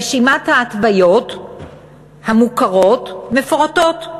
רשימת ההתוויות המוכרות מפורטת.